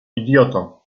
idioto